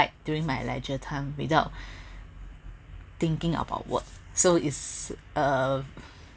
during my leisure time without thinking about work so is a